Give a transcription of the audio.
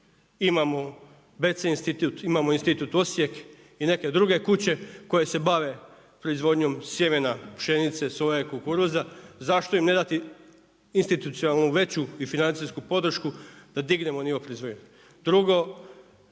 imamo BC institut, imamo Institut Osijek i neke druge kuće koje se bave proizvodnjom sjemena, pšenice, soje, kukuruza. Zašto im ne dati institucionalnu veću i financijsku podršku da dignemo nivo proizvodnje. Drugo,